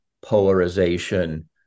polarization